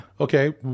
okay